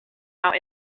out